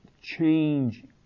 change